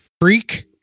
freak